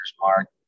mark